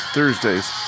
Thursdays